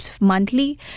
monthly